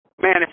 Man